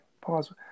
Pause